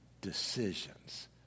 decisions